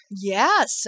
Yes